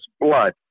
blood